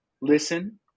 listen